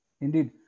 indeed